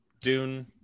Dune